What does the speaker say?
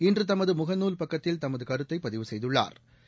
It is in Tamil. இன்று தமது முகநூல் பக்கத்தில் தமது கருத்தை பதிவு செய்துள்ளாா்